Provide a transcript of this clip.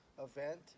event